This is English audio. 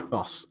Boss